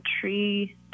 tree